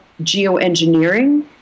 geoengineering